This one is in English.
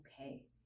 okay